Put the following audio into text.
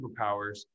superpowers